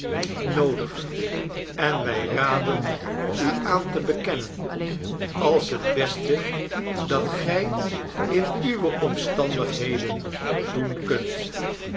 noodig en wij raden u aan te bekennen als het mm nelly beste dat gij in uwe omstandigheden doen kunt